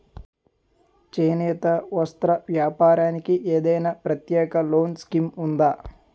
చేనేత వస్త్ర వ్యాపారానికి ఏదైనా ప్రత్యేక లోన్ స్కీం ఉందా?